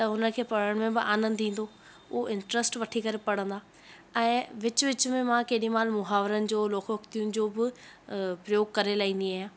त हुनखे पढ़ण में बि आनंदु ईंदो हू इंट्रस्ट वठी करे पढ़ंदा ऐं विच विच में मां केॾी महिल मुहावरनि जो लोककृतियुनि जो बि प्रयोग करे लाईंदी आहियां